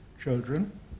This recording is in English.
children